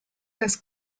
das